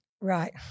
Right